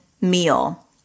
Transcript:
meal